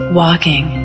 walking